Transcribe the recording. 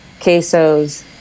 quesos